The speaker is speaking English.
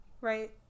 right